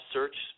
Search